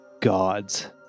gods